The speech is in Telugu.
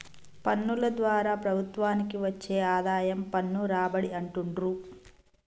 పన్నుల ద్వారా ప్రభుత్వానికి వచ్చే ఆదాయం పన్ను రాబడి అంటుండ్రు